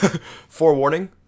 Forewarning